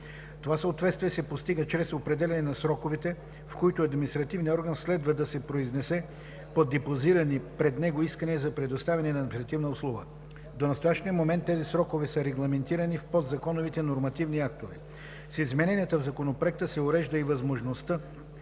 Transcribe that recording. Това съответствие се постига чрез определяне на сроковете, в които административният орган следва да се произнесе по депозирани пред него искания за предоставяне на административна услуга. До настоящия момент тези срокове са регламентирани в подзаконовите нормативни актове. С измененията в Законопроекта се урежда и възможността